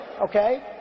okay